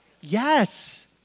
Yes